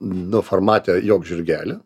nu formate jok žirgeli